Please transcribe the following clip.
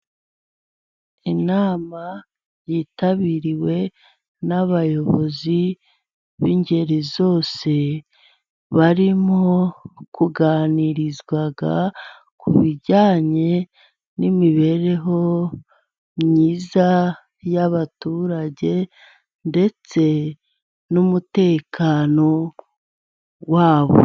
Inama yitabiriwe n'abayobozi b'ingeri zose, barimo kuganirizwa ku bijyanye n'imibereho myiza y'abaturage, ndetse n'umutekano wabo.